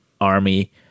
army